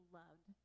loved